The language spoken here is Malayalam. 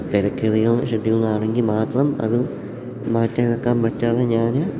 തിരക്കേറിയ ഷെഡ്യൂളാണെങ്കിൽ മാത്രം അത് മാറ്റിവെക്കാൻ പറ്റാതെ ഞാൻ